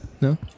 No